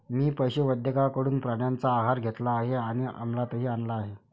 मी पशुवैद्यकाकडून प्राण्यांचा आहार घेतला आहे आणि अमलातही आणला आहे